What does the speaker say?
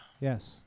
Yes